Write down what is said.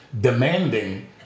demanding